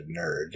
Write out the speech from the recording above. nerd